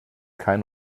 kein